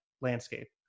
landscape